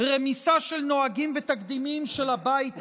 רמיסה של נוהגים ותקדימים של הבית הזה,